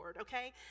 okay